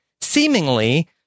seemingly